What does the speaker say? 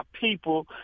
people